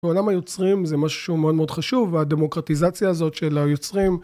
בעולם היוצרים זה משהו שהוא מאוד מאוד חשוב הדמוקרטיזציה הזאת של היוצרים